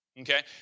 okay